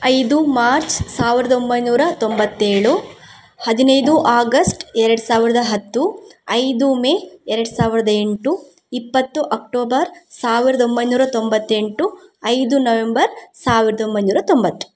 ಐದು ಮಾರ್ಚ್ ಸಾವಿರದ ಒಂಬೈನೂರ ತೊಂಬತ್ತೇಳು ಹದಿನೈದು ಆಗಸ್ಟ್ ಎರಡು ಸಾವಿರದ ಹತ್ತು ಐದು ಮೇ ಎರಡು ಸಾವಿದ ಎಂಟು ಇಪ್ಪತ್ತು ಅಕ್ಟೋಬರ್ ಸಾವಿರದ ಒಂಬೈನೂರ ತೊಂಬತ್ತೆಂಟು ಐದು ನವೆಂಬರ್ ಸಾವಿರದ ಒಂಬೈನೂರ ತೊಂಬತ್ತು